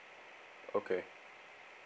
okay